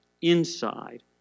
inside